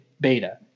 beta